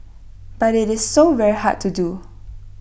but IT is so very hard to do